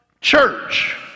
church